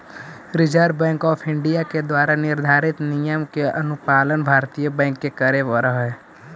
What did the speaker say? reserve bank of India के द्वारा निर्धारित नियम के अनुपालन भारतीय बैंक के करे पड़ऽ हइ